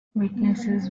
witnesses